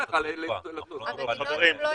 חברים,